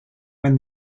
when